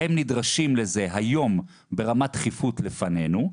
הם נדרשים לזה היום ברמת דחיפות לפנינו,